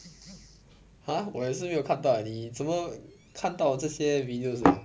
!huh! 我也是没有看到 leh 你怎么看到这些 videos ah